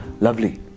lovely